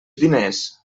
diners